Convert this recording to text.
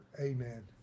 amen